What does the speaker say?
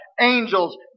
Angels